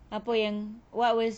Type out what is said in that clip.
apa yang what was